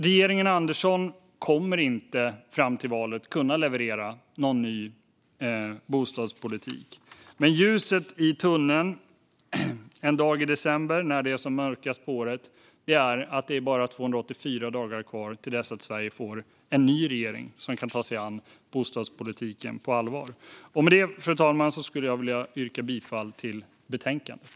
Regeringen Andersson kommer inte att kunna leverera någon ny bostadspolitik fram till valet. Men ljuset i tunneln, en dag i december när det är som mörkast på året, är att det bara är 284 dagar kvar till dess att Sverige får en ny regering som kan ta sig an bostadspolitiken på allvar. Med detta, fru talman, vill jag yrka bifall till utskottets förslag i betänkandet.